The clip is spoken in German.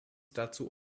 dazu